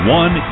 one